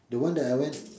the one that I went